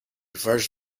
first